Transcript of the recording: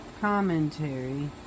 Commentary